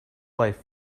life